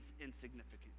insignificant